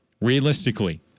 realistically